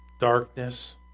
darkness